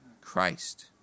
Christ